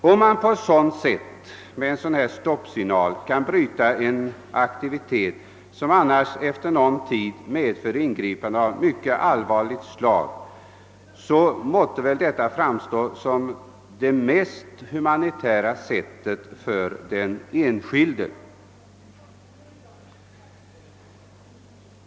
Om man på ett sådant sätt som vi föreslagit, med ett slags stoppsignal, kan bryta en aktivitet, som annars efter någon tid medför ingripande av mycket allvarligt slag, måtte väl detta framstå som det mest humanitära för den enskilde.